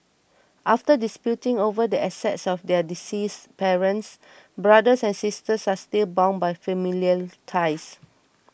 after disputing over the assets of their deceased parents brothers and sisters are still bound by familial ties